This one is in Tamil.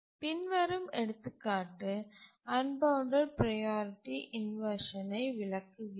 பின்வரும் எடுத்துக்காட்டு அன்பவுண்டட் ப்ரையாரிட்டி இன்வர்ஷனை விளக்குகிறது